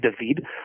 David